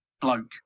bloke